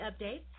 updates